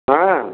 ହଁ